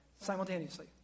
simultaneously